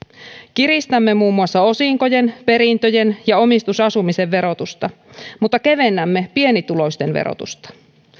kiristämme muun muassa osinkojen perintöjen ja omistusasumisen verotusta mutta kevennämme pienituloisten verotusta